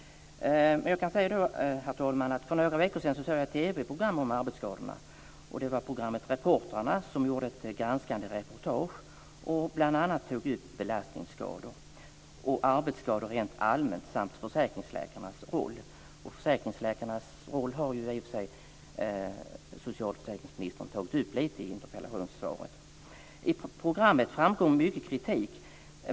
Herr talman! För några veckor sedan såg jag ett TV-program om arbetsskador. I programmet Reportrarna gjordes ett granskande reportage som bl.a. tog upp belastningsskador och arbetsskador rent allmänt samt försäkringsläkarnas roll. I och för sig har socialförsäkringsministern tagit upp lite om försäkringsläkarnas roll i interpellationssvaret. I programmet framkom mycket kritik.